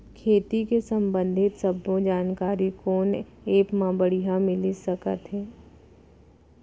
खेती के संबंधित सब्बे जानकारी कोन एप मा बढ़िया मिलिस सकत हे?